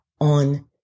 on